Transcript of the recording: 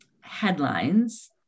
headlines